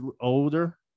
older